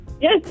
Yes